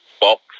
box